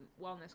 wellness